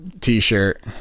t-shirt